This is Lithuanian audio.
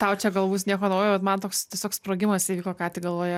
tau čia gal bus nieko naujo bet man toks tiesiog sprogimas įvyko ką tik galvoje